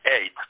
eight